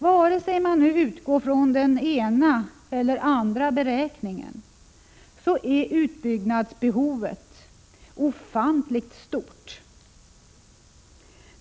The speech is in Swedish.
Vare sig man nu utgår från den ena eller den andra beräkningen är utbyggnadsbehovet ofantligt stort.